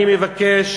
אני מבקש